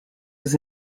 was